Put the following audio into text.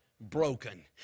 broken